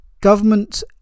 government